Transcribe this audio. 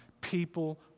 people